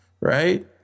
Right